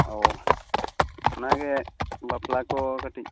ᱚ ᱚᱱᱟ ᱜᱮ ᱵᱟᱯᱞᱟ ᱠᱚ ᱠᱟᱹᱴᱤᱡ